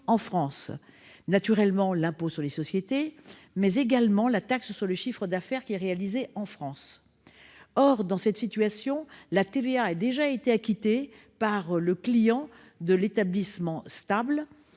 en France, à savoir l'impôt sur les sociétés, mais également la taxe sur le chiffre d'affaires qui est réalisé dans notre pays. Or, dans cette situation, la TVA a déjà été acquittée par le client de l'établissement stable